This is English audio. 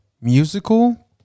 Musical